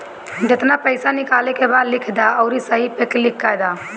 जेतना पइसा निकाले के बा लिख दअ अउरी सही पअ क्लिक कअ दअ